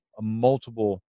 multiple